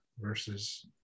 versus